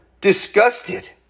disgusted